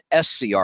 SCR